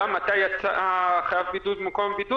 ותדע מתי חייב הבידוד יצא ממקום הבידוד